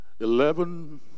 eleven